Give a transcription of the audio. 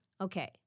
okay